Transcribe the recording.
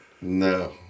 no